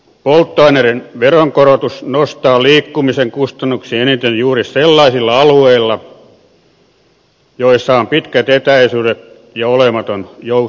polttoaineiden veronkorotus nostaa liikkumisen kustannuksia eniten juuri sellaisilla alueilla joilla on pitkät etäisyydet ja olematon joukkoliikenne